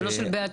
לא של 'בעצמי'.